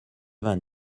vingt